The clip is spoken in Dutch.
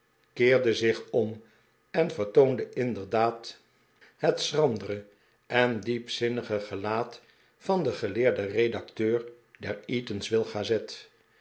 keerde zich om en vertoonde inderdaad het schrandere en diepzinnige gelaat van den geleerden redacteur der eatanswill gazette